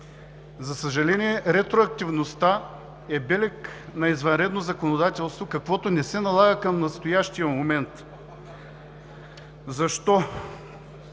За съжаление ретроактивността е белег на извънредно законодателство, каквото не се налага към настоящия момент. Защо?